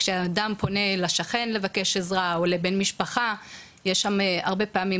כשאדם פונה לשכן או לבן משפחה לבקש עזרה יש שם הרבה פעמים